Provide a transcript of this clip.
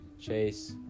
Chase